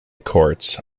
courts